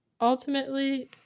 Ultimately